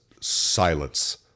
silence